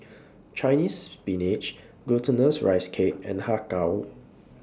Chinese Spinach Glutinous Rice Cake and Har Kow